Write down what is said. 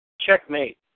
Checkmate